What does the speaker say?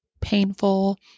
painful